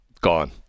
Gone